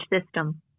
system